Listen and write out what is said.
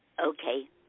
Okay